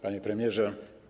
Panie Premierze!